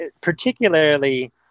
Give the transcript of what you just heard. particularly